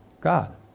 God